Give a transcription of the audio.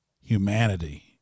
Humanity